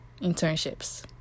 internships